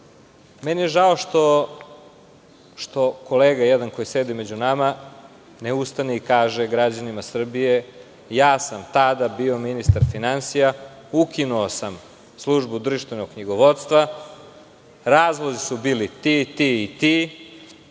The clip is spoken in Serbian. je žao što jedan kolega, koji sedi među nama, ne ustane i kaže građanima Srbije – ja sam tada bio ministar finansija, ukinuo sam Službu društvenog knjigovodstva, razlozi su bili ti, ti i ti,